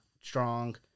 strong